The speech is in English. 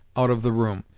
out of the room.